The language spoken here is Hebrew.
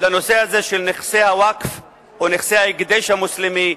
לנושא הזה של נכסי הווקף או נכסי ההקדש המוסלמי,